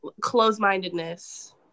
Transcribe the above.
close-mindedness